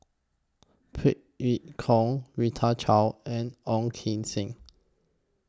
Phey Yew Kok Rita Chao and Ong Keng Sen